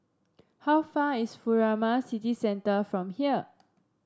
how far is Furama City Centre from here